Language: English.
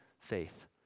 faith